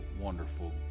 wonderful